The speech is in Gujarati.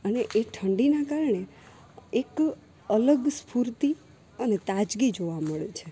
અને એ ઠંડીના કારણે એક અલગ સ્ફૂર્તિ અને તાજગી જોવા મળે છે